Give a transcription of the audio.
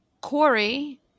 Corey